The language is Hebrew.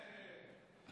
אמן.